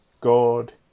God